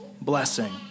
blessing